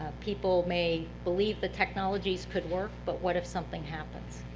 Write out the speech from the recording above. people may believe the technologies could work, but what if something happens?